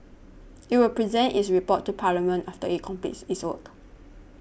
it will present its report to Parliament after it completes its work